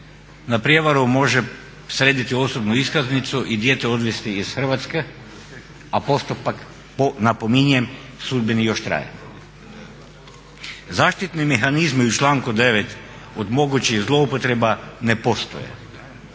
na prijevaru može srediti osobnu iskaznicu i dijete odvesti iz Hrvatske, a postupak napominjem sudbeni još traje. Zaštitni mehanizmi u članku 9. od mogućih zlouporaba ne postoje.